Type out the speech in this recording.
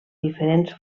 diferents